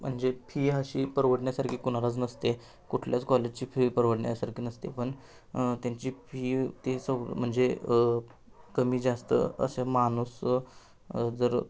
म्हणजे फी अशी परवडण्यासारखी कुणालाच नसते कुठल्याच कॉलेजची फी परवडण्यासारखी नसते पण त्यांची फी ती सव म्हणजे कमी जास्त अशा माणूस जर